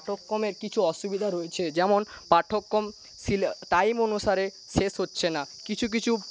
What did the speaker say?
পাঠ্যক্রমের কিছু অসুবিধা রয়েছে যেমন পাঠ্যক্রম টাইম অনুসারে শেষ হচ্ছে না কিছু কিছু